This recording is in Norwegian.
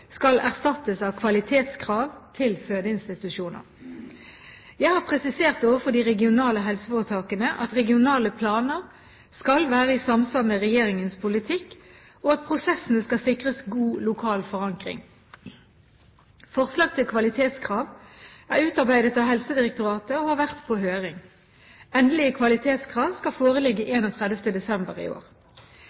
skal erstattes av kvalitetskrav til fødeinstitusjoner. Jeg har presisert overfor de regionale helseforetakene at regionale planer skal være i samsvar med regjeringens politikk, og at prosessene skal sikres god lokal forankring. Forslag til kvalitetskrav er utarbeidet av Helsedirektoratet og har vært på høring. Endelige kvalitetskrav skal foreligge 31. desember i år.